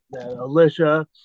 Alicia